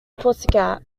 pussycat